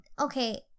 Okay